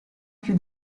più